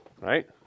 right